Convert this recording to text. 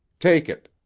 take it.